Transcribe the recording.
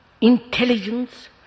intelligence